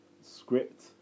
script